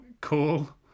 cool